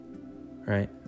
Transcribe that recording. right